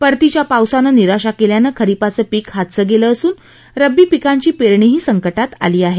परतीच्या पावसानं निराशा केल्यानं खरीपाचं पीक हातचं गेलं असून रब्बी पिकांची पेरणीही संकटात आली आहे